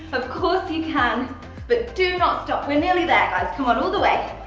of course you can but do not stop! we're nearly there guys. come on all the way!